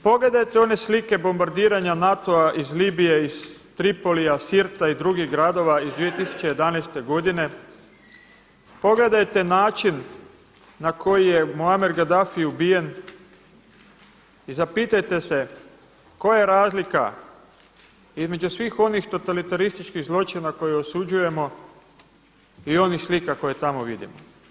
Pogledajte one slike bombardiranja NATO-a iz Libije, iz Tripolija, Sirta i drugih gradova iz 2011. godine, pogledajte način na koji je Muaamar Gaddafi ubijen i zapitajte se koja je razlika između svih onih totalitarističkih zločina koje osuđujemo i onih slika koje tamo vidimo.